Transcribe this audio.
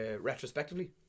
retrospectively